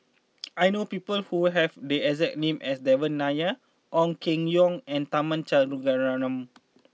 I know people who have the exact name as Devan Nair Ong Keng Yong and Tharman Shanmugaratnam